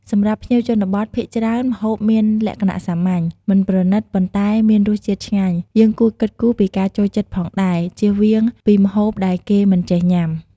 សម្រាប់ភ្ញៀវជនបទភាគច្រើនម្ហូបមានលក្ខណៈសាមញ្ញមិនប្រណិត ប៉ុន្តែមានរសជាតិឆ្ងាញ់ យើងគួរគិតគូរពីការចូលចិត្តផងដែរ ជៀសវាងពីម្ហូបដែលគេមិនចេះញុាំ។